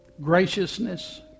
graciousness